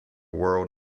world